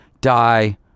die